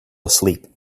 asleep